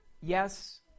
Yes